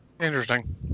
Interesting